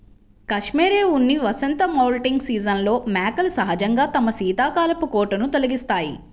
cashmere ఉన్ని వసంత moulting సీజన్లో మేకలు సహజంగా తమ శీతాకాలపు కోటును తొలగిస్తాయి